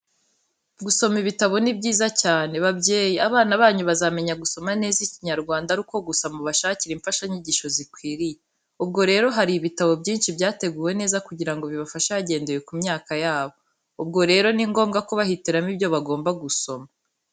Gusoma ibitabo ni byiza cyane! Babyeyi, abana banyu bazamenya gusoma neza Ikinyarwanda ari uko gusa mubashakira imfashanyigisho zikwiriye. Ubwo rero hari ibitabo byinshi byateguwe neza kugira ngo bibafashe hagendewe ku myaka yabo. Ubwo rero ni ngombwa kubahitiramo ibyo bagomba gusoma.